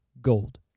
gold